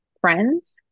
friends